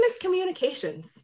communications